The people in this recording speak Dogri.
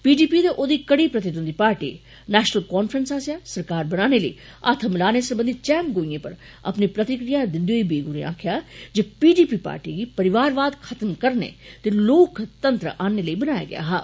पी डी पी ते ओदी कड़ी प्रतिद्वन्दी नैशनल कांफ्रैंस आस्सेआ सरकार बनाने लेई हत्थ मिलाने सरबंधि चहमगोईयें पर अपनी प्रतिक्रिया दिन्दे होई वेग होरें आक्खेआ जे पी डी पी पार्टी गी परिवारवाद खत्म करने ते लोकतंत्र आनने लेई बनाया गेआ हा